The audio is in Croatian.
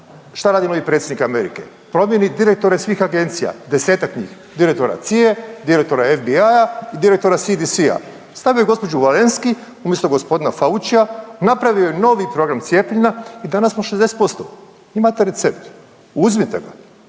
šta radi novi predsjednik Amerike? Promijeni direktore svih agencija, desetak njih, direktora CIA-e, direktora FBI i direktora CDC stavio je gospođu Walensky umjesto g. Faucia napravio je novi program cijepljena i danas je 60%. Imate recept, uzmite ga.